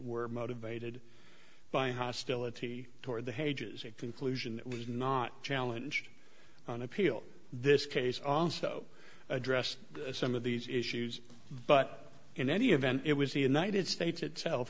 were motivated by hostility toward the hage is a conclusion that was not challenge on appeal this case also addressed some of these issues but in any event it was the united states itself